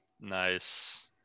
nice